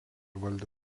valdė